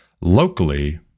locally